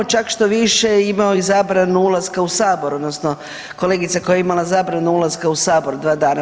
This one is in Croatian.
Čak što više imao je i zabranu ulaska u Sabor odnosno kolegica koja je imala zabranu ulaska u Sabor dva dana.